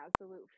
absolute